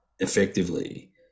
effectively